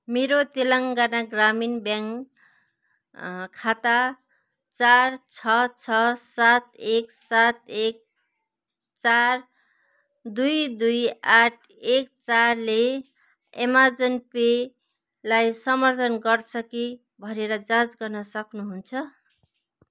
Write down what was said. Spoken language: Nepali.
मेरो तेलङ्गाना ग्रामीण ब्याङ्क खाता चार छ छ सात एक सात एक चार दुई दुई आठ एक चार ले अमेजन पे लाई समर्थन गर्छ कि भनेर जाँच गर्न सक्नुहुन्छ